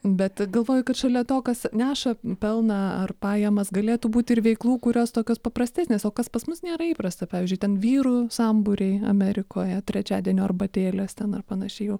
bet galvoju kad šalia to kas neša pelną ar pajamas galėtų būti ir veiklų kurios tokios paprastesnės o kas pas mus nėra įprasta pavyzdžiui ten vyrų sambūriai amerikoje trečiadienio arbatėlės ten ar panašiai jau